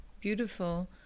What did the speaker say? beautiful